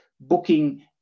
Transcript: booking